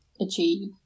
achieve